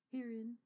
Herein